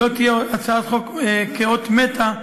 שלא תהיה הצעת החוק כאות מתה,